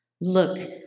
Look